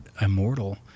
immortal